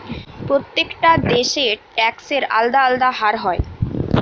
প্রত্যেকটা দেশে ট্যাক্সের আলদা আলদা হার হয়